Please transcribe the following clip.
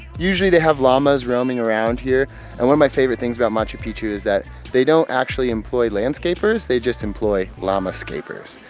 usually they have llamas roaming around here and one of my favorite things about machu picchu is that they don't actually employ landscapers they just employ llama scapers,